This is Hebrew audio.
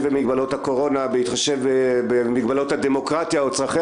במגבלות הקורונה ובהתחשב במגבלות הדמוקרטיה או צרכי